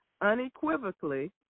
unequivocally